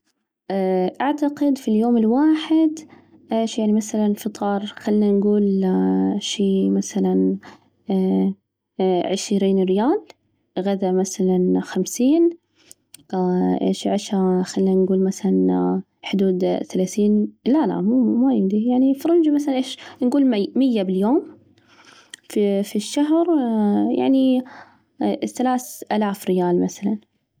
أعتقد في اليوم الواحد، إيش يعني؟ مثلاً فطار خلنا نجول شي مثلاً عشرين ريال، غدا مثلاً خمسين، إيش عشا خلينا نجول مثلاً حدود ثلاثين لا لا، ما يمديه، يعني في رينج مثلاً إيش نجول مية باليوم، في الشهر يعني الثلاث آلاف ريال مثلاً.